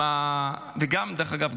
דרך אגב,